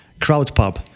CrowdPub